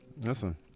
Listen